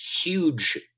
huge